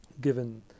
given